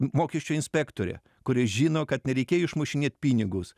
mokesčių inspektorė kuri žino kad nereikėjo išmušinėt pinigus